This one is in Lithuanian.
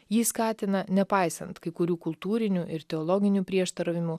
jį skatina nepaisant kai kurių kultūrinių ir teologinių prieštaravimų